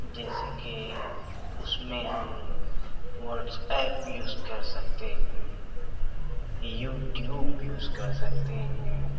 جیسے کہ اس میں ہم واٹس ایپ یوز کر سکتے ہیں یوٹیوب یوز کر سکتے ہیں